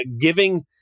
giving